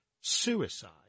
suicide